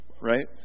right